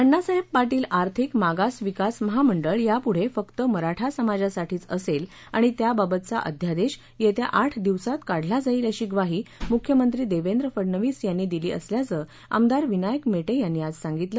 अण्णासाहेब पाटील आर्थिक मागासविकास महामंडळ यापुढं फक्त मराठा समाजासाठीच असेल आणि त्याबाबतचा अध्यादेश येत्या आठ दिवसात काढला जाईल अशी ग्वाही मुख्यमंत्री देवेंद्र फडनवीस यांनी दिली असल्याचं आमदार विनायक मेटे यांनी आज सांगितलं